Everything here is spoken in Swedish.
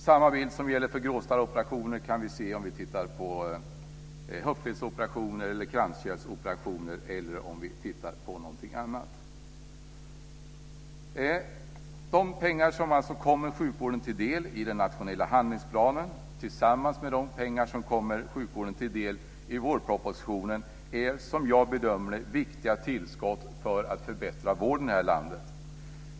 Samma bild som gäller för gråstarrsoperationer kan vi se om vi tittar på höftledsoperationer, kranskärlsoperationer eller någonting annat. De pengar som alltså kommer sjukvården till del i den nationella handlingsplanen tillsammans med de pengar som kommer sjukvården till del i vårpropositionen är som jag bedömer det viktiga tillskott för att förbättra vården här i landet.